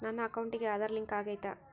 ನನ್ನ ಅಕೌಂಟಿಗೆ ಆಧಾರ್ ಲಿಂಕ್ ಆಗೈತಾ?